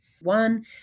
One